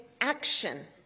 action